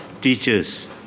Teachers